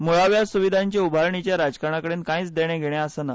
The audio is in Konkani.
मुळाव्या सुविधांचे उभारणीचें राजकारणाक़डेन कायंच देणें घेणें आसना